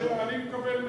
אני מקבל מליאה.